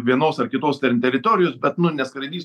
vienos ar kitos ten teritorijos bet nu neskraidys